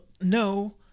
no